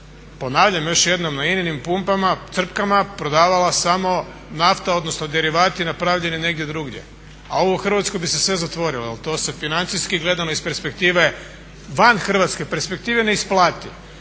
ponavljam još jednom na INA-nim pumpama, crpkama prodavala samo nafta odnosno derivati napravljeni negdje drugdje. A ovo u Hrvatskoj bi se sve zatvorilo. Jer to se financijski gledano iz perspektive van Hrvatske perspektive ne isplati.